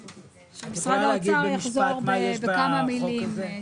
משרד האוצר יכול לחזור בכמה מילים על הדברים.